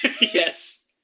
Yes